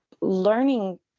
learning